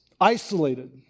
isolated